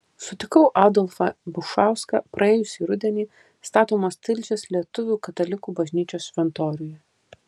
sutikau adolfą bušauską praėjusį rudenį statomos tilžės lietuvių katalikų bažnyčios šventoriuje